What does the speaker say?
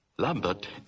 Lambert